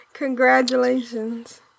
Congratulations